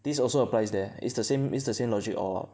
this also applies there is the same is the same logic or